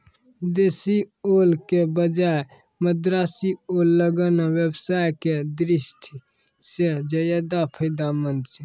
देशी ओल के बजाय मद्रासी ओल लगाना व्यवसाय के दृष्टि सॅ ज्चादा फायदेमंद छै